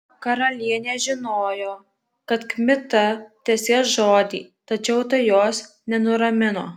karalienė žinojo kad kmita tesės žodį tačiau tai jos nenuramino